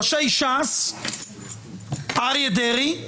ראש ש"ס אריה דרעי,